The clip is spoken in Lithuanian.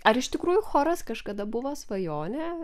ar iš tikrųjų choras kažkada buvo svajonė